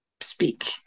speak